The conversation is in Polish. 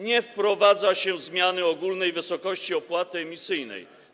Nie wprowadza się zmiany ogólnej wysokości opłaty emisyjnej.